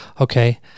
okay